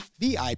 VIP